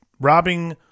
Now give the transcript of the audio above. robbing